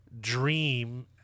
dream